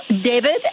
david